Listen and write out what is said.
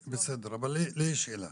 בסדר, אבל לי יש שאלה.